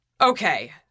Okay